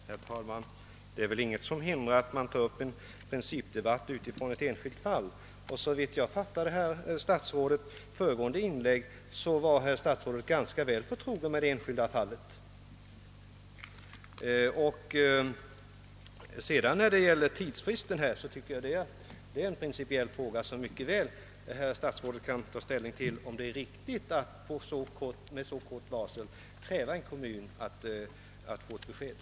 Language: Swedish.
Herr talman! Det är väl ingenting som hindrar att man tar upp en principdebatt med utgångspunkt från ett enskilt fall. Såvitt jag fattade herr statsrådets föregående inlägg var herr statsrådet ganska väl förtrogen med det enskilda fallet. Som jag åberopat i ett föregående anförande. Tidsfristen tycker jag är en princi piell fråga som herr statsrådet mycket väl kan ta ställning till. Frågan gäller, om det är riktigt att med så kort varsel kräva besked av en kommun.